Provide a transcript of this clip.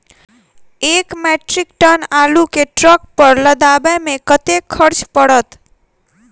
एक metric ton आलु केँ ट्रक पर लदाबै मे कतेक खर्च पड़त?